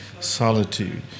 solitude